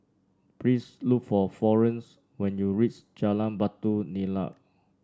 please look for Florence when you reach Jalan Batu Nilam